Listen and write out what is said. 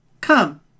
come